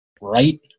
Right